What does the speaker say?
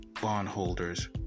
bondholders